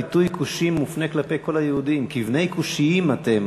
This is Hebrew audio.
הביטוי כושים מופנה כלפי כל היהודים: "כבני כֻּשיים אתם",